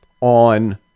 on